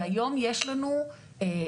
והיום יש לנו רף,